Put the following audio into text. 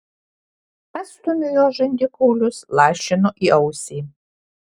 pastumiu jos žandikaulius lašinu į ausį